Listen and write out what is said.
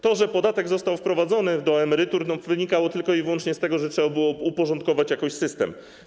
To, że podatek został wprowadzony do emerytur, wynikało tylko i wyłącznie z tego, że trzeba było jakoś uporządkować system.